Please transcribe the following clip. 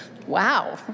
Wow